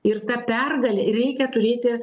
ir ta pergalė reikia turėti